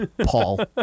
Paul